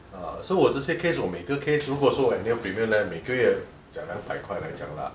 ah so 这些 case 我每个 case 如果说有 new premium 来每个月讲两百块来讲 lah